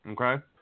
Okay